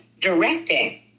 directing